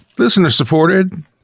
Listener-supported